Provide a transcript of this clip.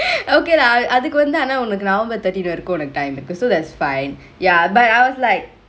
okay lah அதுக்கு வந்து ஆன உனக்கு:athuku vanthu aana unaku november thirteen வரைக்கொ உனக்கு:varaiko unaku time இருக்கு:irukku so that's fine ya but I was like